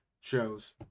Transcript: shows